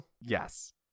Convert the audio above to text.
Yes